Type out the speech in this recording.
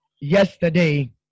yesterday